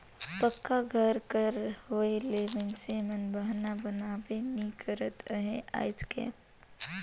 पक्का घर कर होए ले मइनसे मन बहना बनाबे नी करत अहे आएज काएल